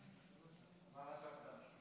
לגבי החלטות בממשלה.